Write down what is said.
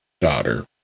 daughter